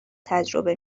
تجربه